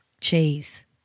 cheese